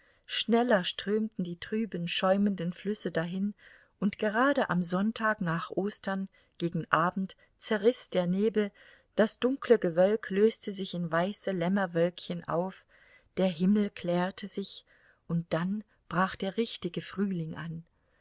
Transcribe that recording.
schneller strömten die trüben schäumenden flüsse dahin und gerade am sonntag nach ostern gegen abend zerriß der nebel das dunkle gewölk löste sich in weiße lämmerwölkchen auf der himmel klärte sich und dann brach der richtige frühling an